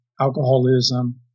alcoholism